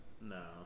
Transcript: No